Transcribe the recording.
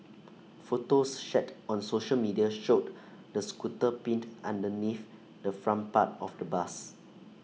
photos shared on social media showed the scooter pinned underneath the front part of the bus